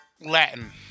Latin